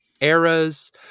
eras